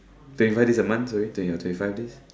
twenty five days a month sorry twenty twenty five days